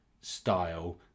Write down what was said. style